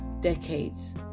decades